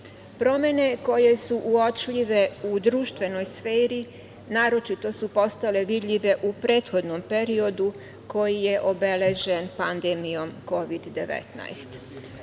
radu. Promene koje su uočljive u društvenoj sferi naročito su postale vidljive u prethodnom periodu koji je obeležen pandemijom Kovid 19.